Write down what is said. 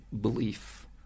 belief